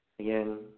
Again